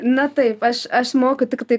na taip aš aš moku tiktai